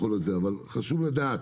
חשוב לדעת